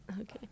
Okay